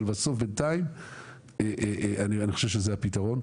אבל בסוף בינתיים אני חושב שזה הפתרון.